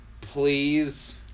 Please